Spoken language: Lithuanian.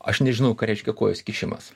aš nežinau ką reiškia kojos kišimas